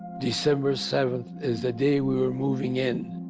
december seventh is the day we were moving in,